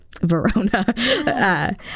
Verona